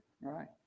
right